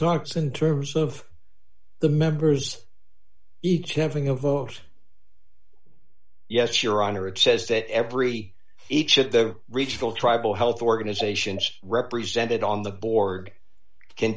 talks in terms of the members each having a vote yes your honor it says that every each of the regional tribal health organizations represented on the board can